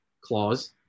clause